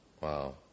Wow